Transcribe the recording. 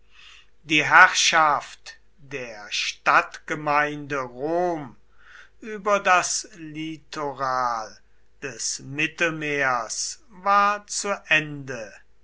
die herrschaft der stadtgemeinde rom über das litoral des mittelmeeres war zu ende